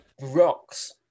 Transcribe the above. rocks